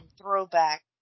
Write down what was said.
throwback